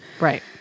right